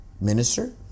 minister